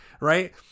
right